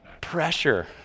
pressure